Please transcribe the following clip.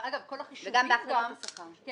ואגב, כל החישובים --- מה